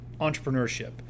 entrepreneurship